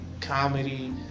comedy